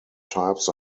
types